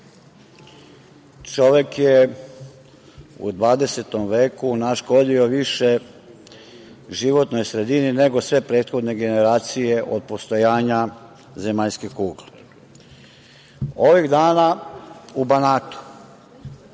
čovek je u 20. veku naškodio više životnoj sredini nego sve prethodne generacije od postojanja zemaljske kugle. Ovih dana u Banatu